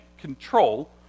control